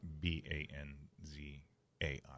B-A-N-Z-A-I